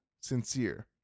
sincere